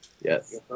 Yes